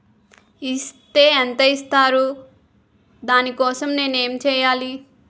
Is తే ఎంత ఇస్తారు దాని కోసం నేను ఎంచ్యేయాలి?